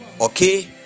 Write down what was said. okay